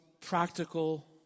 practical